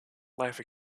life